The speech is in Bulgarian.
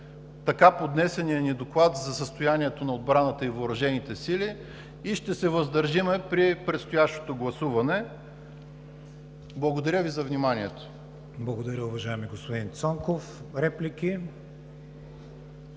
така поднесения ни Доклад за състоянието на отбраната и въоръжените сили и ще се въздържим при предстоящото гласуване. Благодаря Ви за вниманието. ПРЕДСЕДАТЕЛ КРИСТИАН ВИГЕНИН: Благодаря, уважаеми господин Цонков. Реплики?